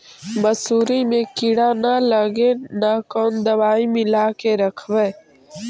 मसुरी मे किड़ा न लगे ल कोन दवाई मिला के रखबई?